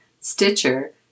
Stitcher